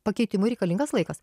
pakeitimui reikalingas laikas